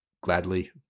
gladly